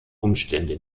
umstände